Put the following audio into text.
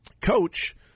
coach